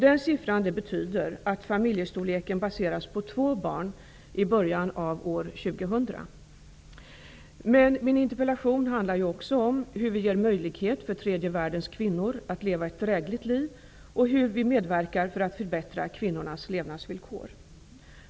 Den siffran betyder att familjestorleken baseras på två barn i början av år Men min interpellation handlar också om hur vi ger möjlighet för tredje världens kvinnor att leva ett drägligt liv och hur vi medverkar till att förbättra kvinnornas levnadsvillkor.